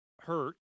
hurt